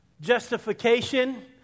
Justification